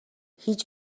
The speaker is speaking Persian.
هیچ